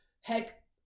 heck